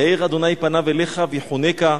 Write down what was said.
יאר ה' פניו אליך ויחנך,